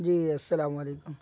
جی السلام علیکم